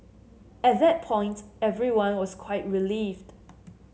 at that point everyone was quite relieved